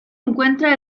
encuentra